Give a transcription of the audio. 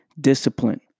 discipline